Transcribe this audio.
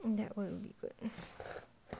and that what would be good